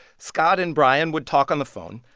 scott and bryan would talk on the phone.